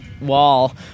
wall